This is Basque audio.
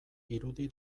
irudi